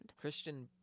christian